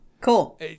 cool